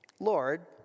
Lord